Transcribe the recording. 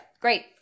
great